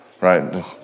right